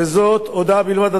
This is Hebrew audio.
וזאת הודעה בלבד,